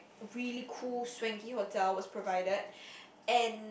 really cool swanky hotel was provided and